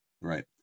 right